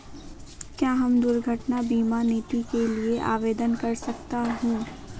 क्या मैं दुर्घटना बीमा नीति के लिए आवेदन कर सकता हूँ?